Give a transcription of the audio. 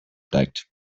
steigt